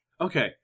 Okay